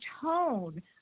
tone